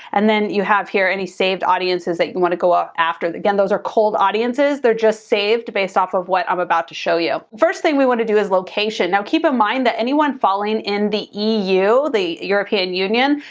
and then you have here any saved audiences that you wanna go ah after. again, those are cold audiences, they're just saved based off of what i'm about to show you. first thing we want to do is location. now, keep in ah mind that anyone falling in the eu, the european union,